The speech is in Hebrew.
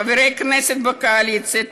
חברי כנסת בקואליציה,